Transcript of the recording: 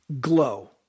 glow